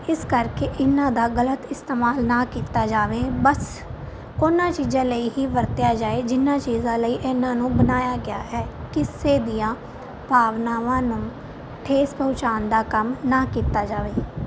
ਇਸ ਕਰਕੇ ਇਹਨਾਂ ਦਾ ਗਲਤ ਇਸਤੇਮਾਲ ਨਾ ਕੀਤਾ ਜਾਵੇ ਬਸ ਉਹਨਾਂ ਚੀਜ਼ਾਂ ਲਈ ਹੀ ਵਰਤਿਆ ਜਾਏ ਜਿਹਨਾਂ ਚੀਜ਼ਾਂ ਲਈ ਇਹਨਾਂ ਨੂੰ ਬਣਾਇਆ ਗਿਆ ਹੈ ਕਿਸੇ ਦੀਆਂ ਭਾਵਨਾਵਾਂ ਨੂੰ ਠੇਸ ਪਹੁੰਚਾਉਣ ਦਾ ਕੰਮ ਨਾ ਕੀਤਾ ਜਾਵੇ